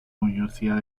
universidad